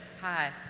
Hi